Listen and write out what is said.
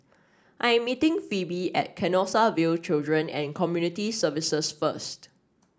I am meeting Pheobe at Canossaville Children and Community Services first